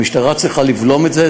המשטרה צריכה לבלום את זה,